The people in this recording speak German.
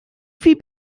viel